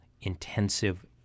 intensive